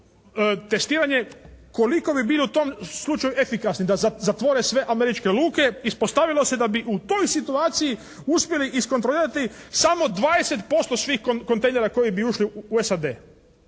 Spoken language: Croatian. testiranje koliko bi bilo u tom slučaju efikasni da zatvore sve američke luke. Ispostavilo se da bi u toj situaciji uspjeli iskontrolirati samo 20% svih kontejnera koji bi ušli u SAD.